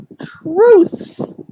truths